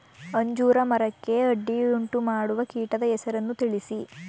ಅಂಜೂರ ಮರಕ್ಕೆ ಅಡ್ಡಿಯುಂಟುಮಾಡುವ ಕೀಟದ ಹೆಸರನ್ನು ತಿಳಿಸಿ?